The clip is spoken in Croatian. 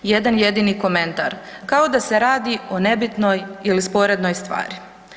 Jedan jedini komentar, kao da se radi o nebitnoj ili sporednoj stvari.